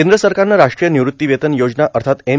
केंद्र सरकारनं राष्ट्रीय निवृत्तीवेतन योजना अर्थात एन